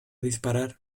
disparar